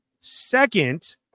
Second